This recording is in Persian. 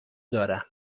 دارم